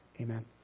Amen